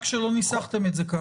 רק שלא ניסחתם את זה ככה.